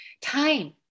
time